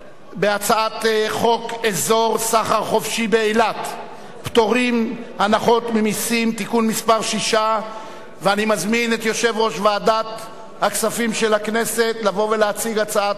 הצעת חוק אזור סחר חופשי באילת (פטורים והנחות ממסים) (תיקון מס' 6). אני מזמין את יושב-ראש ועדת הכספים של הכנסת לבוא ולהציג הצעת חוק זו.